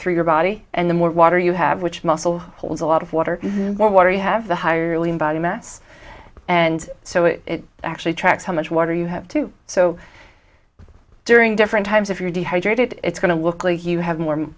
through your body and the more water you have which muscle pulls a lot of water more water you have the higher lean body mass and so it actually tracks how much water you have to so during different times if you're dehydrated it's going to look like you have more